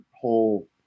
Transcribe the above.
whole